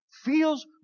Feels